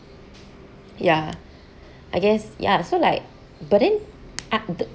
ya I guess ya so like but in at the